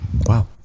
Wow